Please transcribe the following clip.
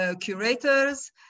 curators